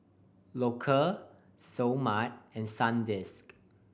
Loacker Seoul Mart and Sandisk